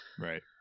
Right